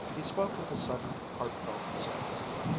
he spoke with a sudden heartfelt simplicity,